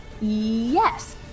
Yes